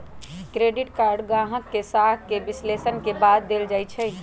credit card गाहक के साख के विश्लेषण के बाद देल जाइ छइ